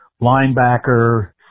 linebacker